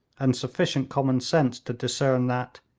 and sufficient common sense to discern that,